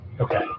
Okay